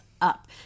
up